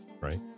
right